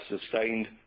sustained